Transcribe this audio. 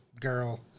girl